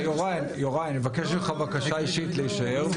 יוראי, אני מבקש ממך בקשה אישית להישאר.